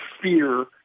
fear